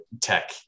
tech